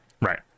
Right